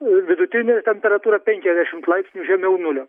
vidutinė temperatūra penkiasdešimt laipsnių žemiau nulio